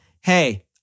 hey